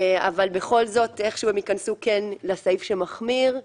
אבל הן תיכנסנה לסעיף שמחמיר.